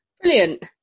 Brilliant